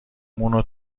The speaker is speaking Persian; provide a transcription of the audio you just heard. مونو